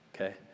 okay